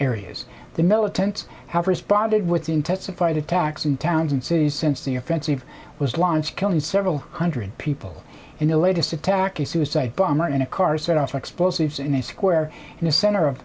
areas the militants have responded with the intensified attacks in towns and cities since the offensive was launched killing several hundred people in the latest attack a suicide bomber in a car set off explosives in a square in the center of